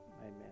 Amen